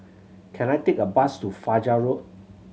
can I take a bus to Fajar Road